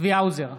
צבי האוזר,